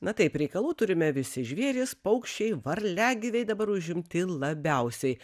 na taip reikalų turime visi žvėrys paukščiai varliagyviai dabar užimti labiausiai